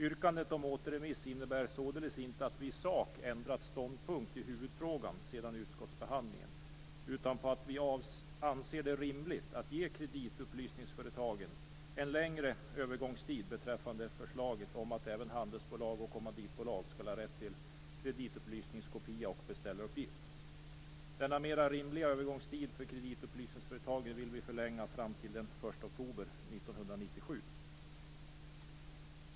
Yrkandet om återremiss beror således inte på att vi i sak ändrat ståndpunkt i huvudfrågan sedan utskottsbehandlingen, utan på att vi anser det rimligt att ge kreditupplysningsföretagen en längre övergångstid beträffande förslaget om att även handelsbolag och kommanditbolag skall ha rätt till kreditupplysningskopia och beställaruppgift. Denna mera rimliga övergångstid för kreditupplysningsföretagen vill vi utsträcka fram till den 1 oktober 1997.